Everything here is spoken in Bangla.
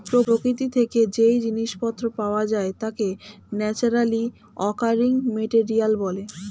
প্রকৃতি থেকে যেই জিনিস পত্র পাওয়া যায় তাকে ন্যাচারালি অকারিং মেটেরিয়াল বলে